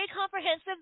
comprehensive